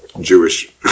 Jewish